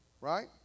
Right